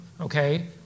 okay